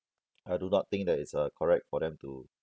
I do not think that it's uh correct for them to